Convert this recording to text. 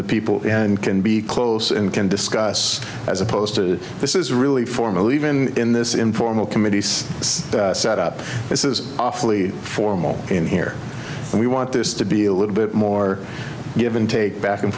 the people and can be close and can discuss as opposed to this is really formal even in this informal committees set up this is awfully formal in here and we want this to be a little bit more given to back and